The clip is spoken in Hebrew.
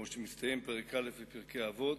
כמו שמסתיים פרק א' בפרקי אבות: